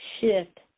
shift